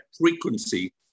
frequency